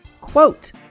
Quote